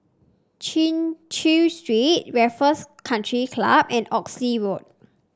Chin Chew Street Raffles Country Club and Oxley Road